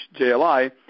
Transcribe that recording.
JLI